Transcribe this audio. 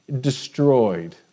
destroyed